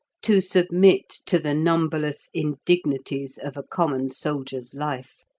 to submit to the numberless indignities of a common soldier's life.